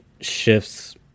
shifts